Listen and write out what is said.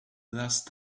last